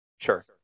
Sure